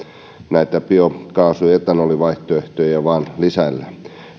näitä biokaasu ja etanolivaihtoehtoja vain lisäillään